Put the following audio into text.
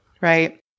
right